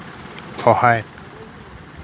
সহায়